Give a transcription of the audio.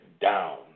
down